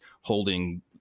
holding